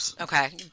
okay